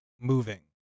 moving